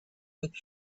with